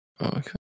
okay